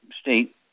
state